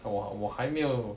我我我还没有